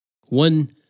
One